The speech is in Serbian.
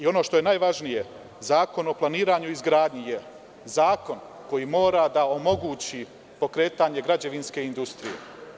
Ono što je najvažnije Zakon o planiranju i izgradnji je zakon koji mora da omogući pokretanje građevinske industrije.